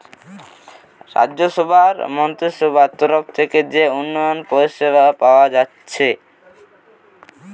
রাজ্যসভার মন্ত্রীসভার তরফ থিকে যে উন্নয়ন পরিষেবা পায়া যাচ্ছে